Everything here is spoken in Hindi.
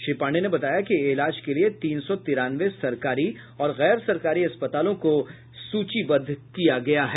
श्री पांडेय ने बताया कि इलाज के लिए तीन सौ तिरानवे सरकारी और गैर सरकारी अस्पतालों को सूचिबद्ध किया गया है